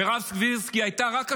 מירב סבירסקי הייתה רק השבוע,